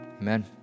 Amen